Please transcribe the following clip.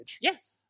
Yes